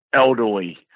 elderly